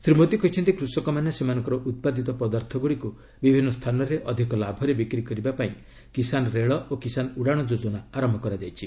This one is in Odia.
ଶ୍ରୀ ମୋଦୀ କହିଛନ୍ତି କୃଷକମାନେ ସେମାନଙ୍କର ଉତ୍ପାଦିତ ପଦାର୍ଥ ଗୁଡ଼ିକୁ ବିଭିନ୍ନ ସ୍ଥାନରେ ଅଧିକ ଲାଭରେ ବିକ୍ରି କରିବା ପାଇଁ କିଶାନ୍ ରେଳ ଓ କିଶାନ୍ ଉଡ଼ାଶ ଯୋଜନା ଆରମ୍ଭ କରାଯାଇଛି